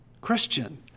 Christian